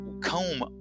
comb